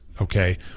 Okay